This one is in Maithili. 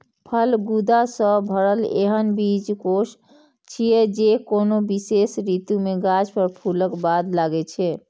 फल गूदा सं भरल एहन बीजकोष छियै, जे कोनो विशेष ऋतु मे गाछ पर फूलक बाद लागै छै